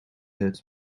het